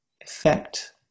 effect